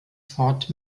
fort